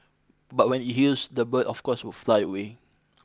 but when it heals the bird of course would fly away